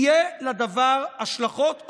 יהיו לדבר השלכות,